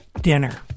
dinner